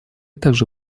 также